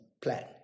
plan